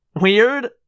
Weird